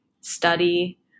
study